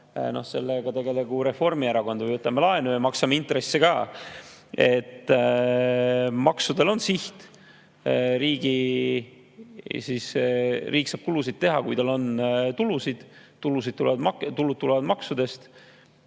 sellega tegelegu Reformierakond või võtame laenu ja maksame intresse ka. Maksudel on siht: riik saab kulutusi teha, kui tal on tulusid, tulud tulevad maksudest.